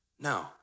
no